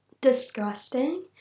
disgusting